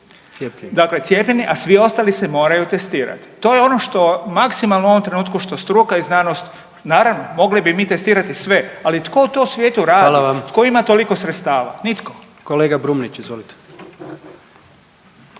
Cijepljeni./… dakle cijepljeni, a svi ostali se moraju testirati. To je ono što maksimalno u ovom trenutku što struka i znanost, naravno mogli bi mi testirati sve, ali tko to u svijetu radi …/Upadica: Hvala vam./… tko ima toliko sredstava, nitko. **Jandroković, Gordan